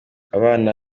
abana